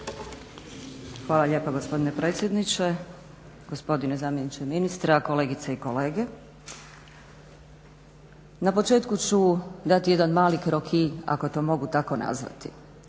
Hvala lijepo gospodine predsjedniče. Gospodine zamjeniče ministra, kolegice i kolege. Na početku ću dati jedan mali kroki ako to mogu tako nazvati.